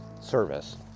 service